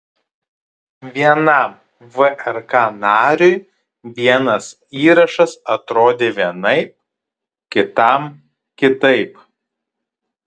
vienam vrk nariui vienas įrašas atrodė vienaip kitam kitaip